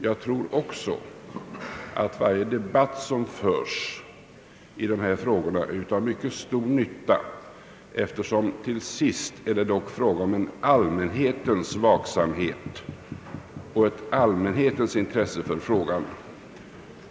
Jag tror att varje debatt som förs i dessa frågor är av mycket stor nytta, eftersom det till sist dock är fråga om en allmänhetens vaksamhet och ett allmänhetens intresse för saken.